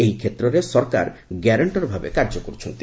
ଏହି କ୍ଷେତ୍ରରେ ସରକାର ଗ୍ୟାରେଣ୍ଟର ଭାବେ କାର୍ଯ୍ୟ କରୁଛନ୍ତି